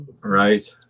Right